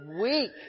weak